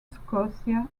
scotia